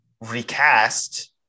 recast